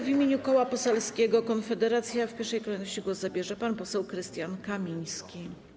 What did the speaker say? W imieniu Koła Poselskiego Konfederacja w pierwszej kolejności głos zabierze pan poseł Krystian Kamiński.